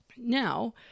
Now